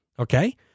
Okay